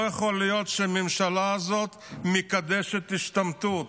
לא יכול להיות שהממשלה הזאת מקדשת השתמטות